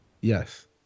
Yes